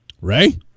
Ray